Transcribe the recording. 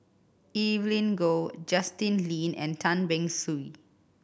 Evelyn Goh Justin Lean and Tan Beng Swee